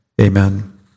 Amen